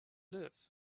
live